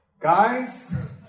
guys